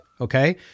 Okay